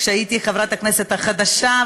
כשהייתי חברת הכנסת החדשה,